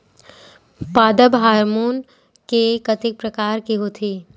पादप हामोन के कतेक प्रकार के होथे?